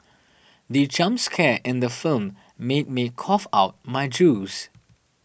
the jump scare in the film made me cough out my juice